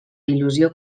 il·lusió